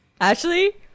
Ashley